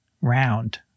round